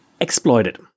exploited